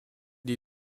die